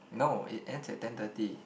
no it ends at ten thirty